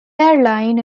airline